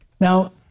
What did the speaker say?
Now